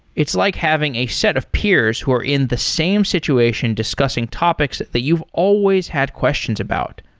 it's like having a set of peers who are in the same situation discussing topics that you've always had questions about.